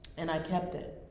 and i kept it.